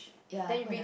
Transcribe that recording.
ya good